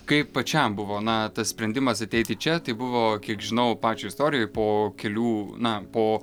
kaip pačiam buvo na tas sprendimas ateiti čia tai buvo kiek žinau pačio istorijoj po kelių na po